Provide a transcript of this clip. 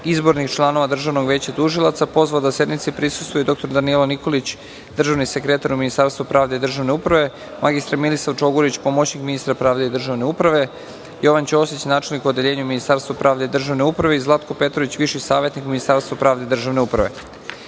izbornih članova Državnog veća tužilaca, pozvao da sednici prisustvuju i dr Danijela Nikolić, državni sekretar u Ministarstvu pravde i državne uprave, mr Milisav Čogurić, pomoćnik ministra pravde i državne uprave, Jovan Ćosić, načelnik u Odeljenju Ministarstva pravde i državne uprave i Zlatko Petrović, viši savetnik u Ministarstvu pravde i državne